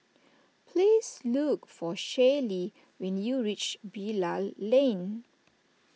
please look for Shaylee when you reach Bilal Lane